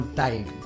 time